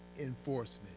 enforcement